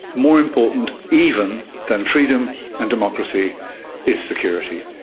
more important even than freedom and democracy is security,